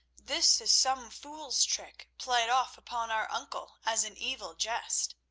this is some fool's trick played off upon our uncle as an evil jest.